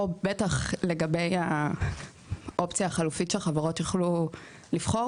או בטח לגבי האופציה החלופית שהחברות יוכלו לבחור